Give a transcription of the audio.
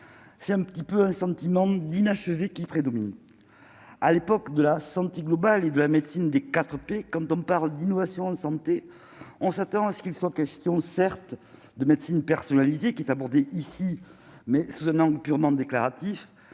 c'est un petit peu un sentiment d'inachevé qui prédomine à l'époque de la santé globale et de la médecine des quatre P. quand on parle d'innovation, de santé, on s'attend à ce qu'il soit question certes de médecine personnalisée qui est abordé ici, mais sous un angle purement déclaratif